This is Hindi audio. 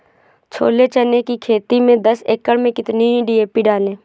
छोले चने की खेती में दस एकड़ में कितनी डी.पी डालें?